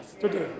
today